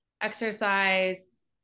exercise